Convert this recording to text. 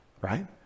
right